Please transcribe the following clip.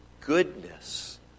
goodness